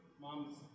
mom's